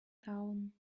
town